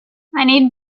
need